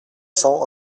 cents